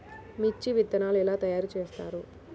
మిర్చి విత్తనాలు ఎలా తయారు చేస్తారు?